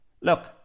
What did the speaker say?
look